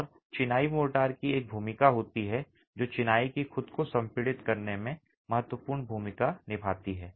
और चिनाई मोर्टार की एक भूमिका होती है जो चिनाई की खुद को संपीड़ित करने में महत्वपूर्ण भूमिका निभाती है